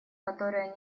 которая